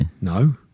no